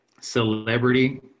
celebrity